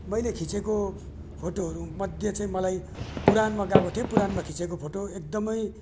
मैले खिचेको फोटोहरूमध्ये चाहिँ मलाई पुराणमा गएको थिएँ पुराणमा खिचेको फोटो एकदमै